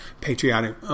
Patriotic